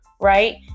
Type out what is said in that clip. right